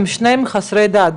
שני בני הזוג הם חסרי דת.